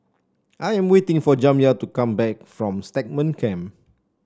I am waiting for Jamya to come back from Stagmont Camp